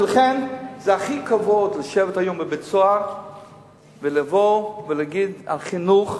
ולכן זה הכי כבוד לשבת היום בבית-סוהר ולבוא ולהגיד: על חינוך,